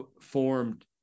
formed